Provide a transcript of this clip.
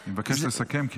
אני מבקש לסכם,